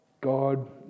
God